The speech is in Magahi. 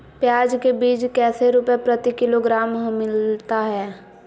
प्याज के बीज कैसे रुपए प्रति किलोग्राम हमिलता हैं?